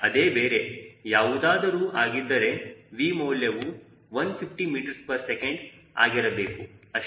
ಅದೇ ಬೇರೆ ಯಾವುದಾದರೂ ಆಗಿದ್ದರೆ V ಮೌಲ್ಯವು 150 ms ಆಗಿರಬೇಕು ಅಷ್ಟೇ